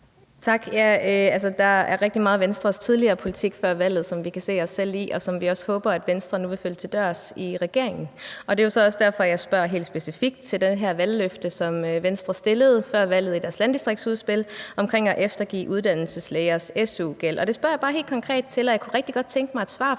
Jessen (DD): Tak. Der er rigtig meget af Venstres tidligere politik fra før valget, som vi kan se os selv i, og som vi også håber at Venstre nu vil følge til dørs i regeringen. Og det er jo så også derfor, jeg spørger helt specifikt til det her valgløfte, som Venstre kom med før valget i deres landdistriktsudspil om at eftergive uddannelseslægers su-gæld. Det spørger jeg bare helt konkret til, og jeg kunne rigtig godt tænke mig et svar fra